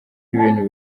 ibintu